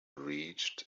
reached